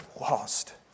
lost